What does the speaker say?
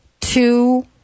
two